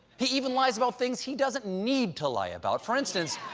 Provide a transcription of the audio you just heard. he even lies about things he doesn't need to lie about. for instance,